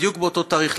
בדיוק באותו תאריך,